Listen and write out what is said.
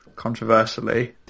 controversially